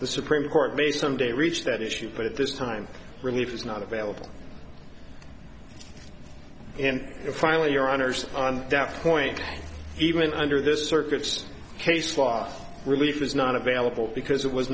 the supreme court may someday reach that issue but at this time relief is not available and finally your honour's on that point even under this circuit's case law for relief was not available because it was